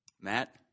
Matt